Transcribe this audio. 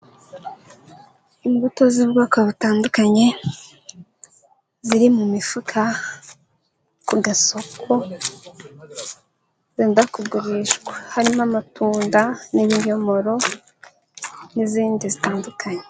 Imbuto z'ubwoko butandukanye ziri mu mifuka ku gasoko zenda kugurishwa, harimo amatunda n'ibinyomoro n'izindi zitandukanye.